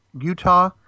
Utah